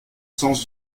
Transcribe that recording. sans